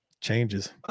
changes